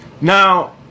Now